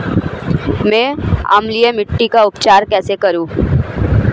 मैं अम्लीय मिट्टी का उपचार कैसे करूं?